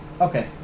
Okay